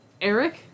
Eric